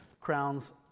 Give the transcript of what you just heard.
crowns